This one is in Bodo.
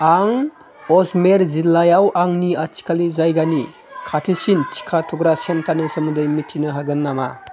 आं अजमेर जिल्लायाव आंनि आथिखालनि जायगानि खाथिसिन टिका थुग्रा सेन्टारनि सोमोन्दै मिथिनो हागोन नामा